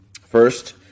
first